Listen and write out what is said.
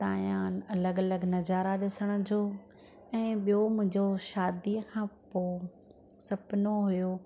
उतां जा अलॻि अलॻि नज़ारा ॾिसण जो ऐं ॿियो मुंहिंजो शादीअ खां पोइ सुपिनो हुयो